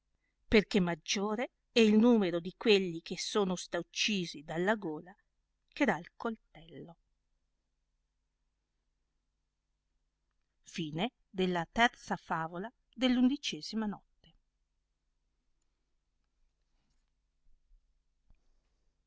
perchè maggiore è il numero di quelli che sono sta uccisi dalla gola che dal coltello isabella che sedeva a